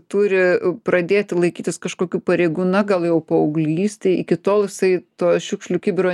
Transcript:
turi pradėti laikytis kažkokių pareigų na gal jau paauglystėj iki tol jisai to šiukšlių kibiro